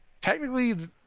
Technically